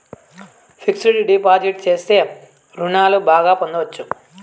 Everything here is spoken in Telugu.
ఫిక్స్డ్ డిపాజిట్ చేస్తే రుణాలు బాగా పొందొచ్చు